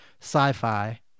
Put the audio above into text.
sci-fi